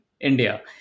India